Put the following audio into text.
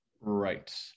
Right